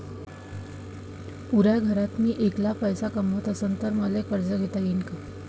पुऱ्या घरात मी ऐकला पैसे कमवत असन तर मले कर्ज घेता येईन का?